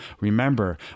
Remember